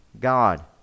God